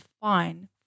fine